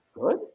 good